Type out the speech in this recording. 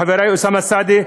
חברי אוסאמה סעדי.